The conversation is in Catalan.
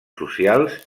socials